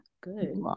good